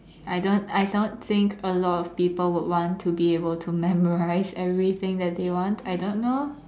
I don't I don't think a lot of people would want to be able to memorize everything that they want I don't know